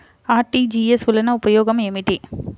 RTGS వలన ఉపయోగం ఏమిటీ?